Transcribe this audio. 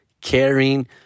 caring